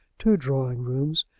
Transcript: two drawing-rooms,